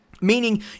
meaning